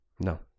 No